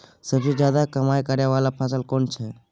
सबसे ज्यादा कमाई करै वाला फसल कोन छै?